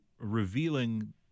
revealing